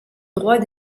droits